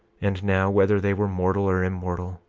and now, whether they were mortal or immortal,